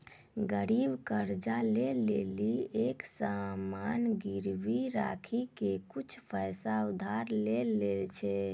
गरीब कर्जा ले लेली एक सामान गिरबी राखी के कुछु पैसा उधार लै छै